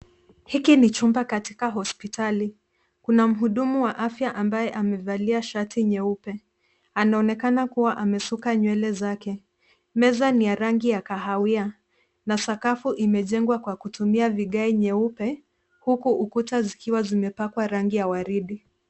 Hili ni chumba katika hospitali. Kuna mhudumu wa afya ambaye amevalia shati nyeupe. Anaonekana kuwa amesuka nywele zake. Meza ni ya rangi ya kahawia na sakafu imejengwa kwa kutumia vigae nyeupe huku ukuta zikiwa zimepakwa rangi ya waridi.